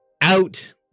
out